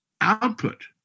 output